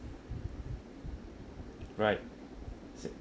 right